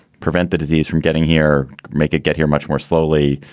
prevent the disease from getting here, make it get here much more slowly,